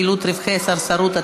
חילוט רווחי סרסרות),